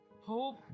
Hope